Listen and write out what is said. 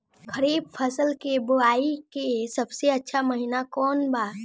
खरीफ फसल के बोआई के सबसे अच्छा महिना कौन बा?